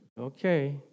Okay